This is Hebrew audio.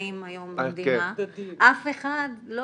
החיים היום במדינה, אף אחד לא